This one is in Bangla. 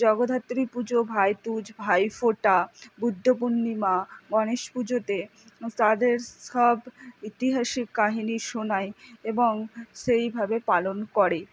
জগধাত্রী পুজো ভাইদুজ ভাইফোঁটা বুদ্ধ পূর্ণিমা গনেশ পুজোতে তাদের সব ঐতিহাসিক কাহিনি শোনায় এবং সেইভাবে পালন করে